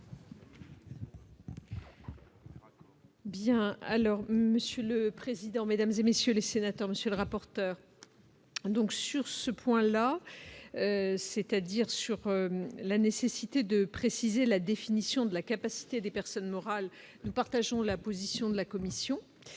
Bien alors monsieur le président, Mesdames et messieurs les sénateurs, monsieur le rapporteur, donc sur ce point-là, c'est-à-dire sur la nécessité de préciser la définition de la capacité des personnes morales, nous partageons la position de la Commission.